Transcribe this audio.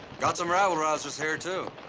got some rabble-rousers here, too.